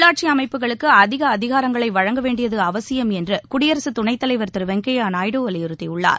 உள்ளாட்சி அமைப்புகளுக்கு அதிக அதிகாரங்களை வழங்க வேண்டியது அவசியம் என்று குடியரசு துணைத் தலைவர் திரு வெங்கையா நாயுடு வலியுறுத்தியுள்ளார்